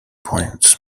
points